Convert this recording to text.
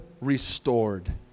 restored